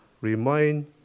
remind